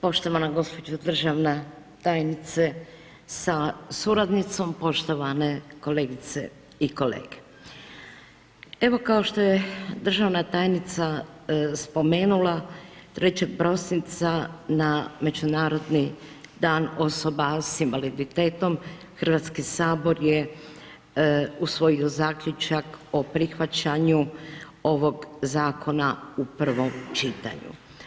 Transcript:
Poštovana gospođo državna tajnice sa suradnicom, poštovane kolegice i kolege, evo kao što je državna tajnica spomenula 3. prosinca na Međunarodni dan osoba s invaliditetom Hrvatski sabor je usvojio zaključak o prihvaćanju ovog zakona u prvom čitanju.